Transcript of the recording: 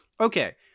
okay